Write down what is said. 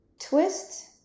twist